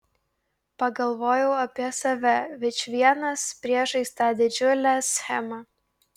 pagalvojau apie save vičvienas priešais tą didžiulę schemą